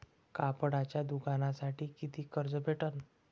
कापडाच्या दुकानासाठी कितीक कर्ज भेटन?